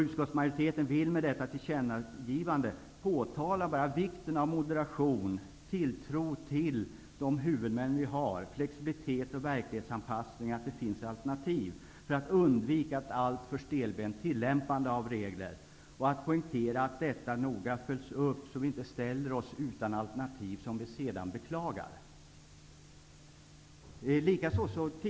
Utskottsmajoriteten vill med detta tillkännagivande påtala vikten av moderation, tilltro till de huvudmän vi har, flexibilitet och verklighetsanpassning. Det måste också finnas alternativ för att undvika ett alltför stelbent tillämpande av regler. Vi vill poängtera att detta noga följs upp så att vi inte ställer oss utan alternativ, något vi sedan får beklaga.